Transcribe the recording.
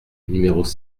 numéros